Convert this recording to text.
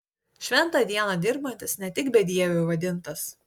šventą dieną dirbantis ne tik bedieviu vadintas